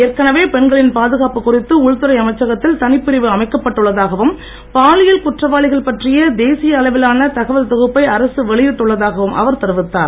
ஏற்கனவே பெண்களின் பாதுகாப்பு குறித்து உள்துறை அமைச்சகத்தில் தனிப்பிரிவு அமைக்கப்பட்டு உள்ளதாகவும் பாலியல் குற்றவாளிகள் பற்றிய தேசிய அளவிலான தகவல் தொகுப்பை அரசு வெளியிட்டு உள்ளதாகவும் அவர் தெரிவித்தார்